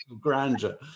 grandeur